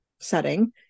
setting